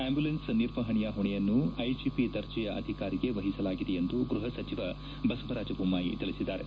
ambulance ನಿರ್ವಹಣೆಯ ಹೊಣೆಯನ್ನು IGP ದರ್ಜೆಯ ಅಧಿಕಾರಿಗೆ ವಹಿಸಲಾಗಿದೆ ಎಂದು ಗೃಹ ಸಚಿವ ಬಸವರಾಜ ಬೊಮ್ನಾಯಿ ತಿಳಿಸಿದ್ದಾರೆ